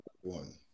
one